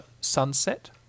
sunset